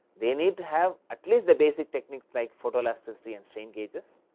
they need to have at least the basic technique like photo elasticity and strain gauges,